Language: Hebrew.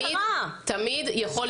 לקרות תמיד.